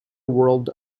world